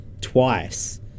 twice